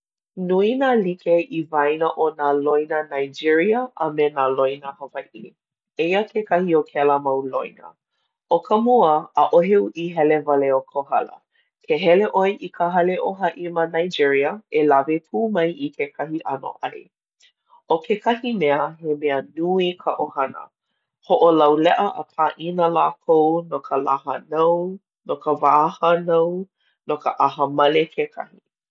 Nui nā like i waena o nā loina Nigeria a me nā loina Hawaiʻi. Eia kekahi o kēlā mau loina. ʻO ka mua, ʻaʻohe uʻi hele wale o Kohala. Ke hele ʻoe i ka hale o haʻi ma Nigeria, e lawe pū mai i kekahi ʻano ai. ʻO kekahi mea, he mea nui ka ʻohana. Hoʻolauleʻa a pāʻina lākou no ka lā hānau, no ka wā hānau, no ʻaha male kekahi.